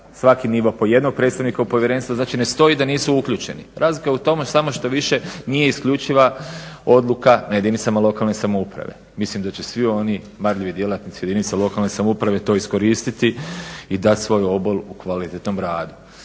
svaki nivo po jednog predstavnika u povjerenstvo. Znači, ne stoji da nisu uključeni. Razlika je u tome samo što više nije isključiva odluka na jedinicama lokalne samouprave. Mislim da će svi oni marljivi djelatnici jedinica lokalne samouprave to iskoristiti i dat svoj obol u kvalitetnom radu.